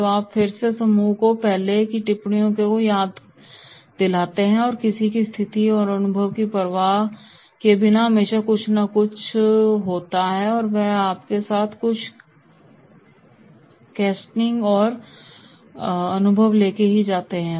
तो आप फिर से समूह को पहले की टिप्पणियों को याद दिलाते हैं कि किसी की स्थिति और अनुभव की परवाह किए हर किसी के पास हमेशा कुछ न कुछ होता है वह अपने साथ कुछ केस्टनिंग या अनुभव लेके ही जाते हैं